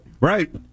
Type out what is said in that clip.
Right